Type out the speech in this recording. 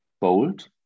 bold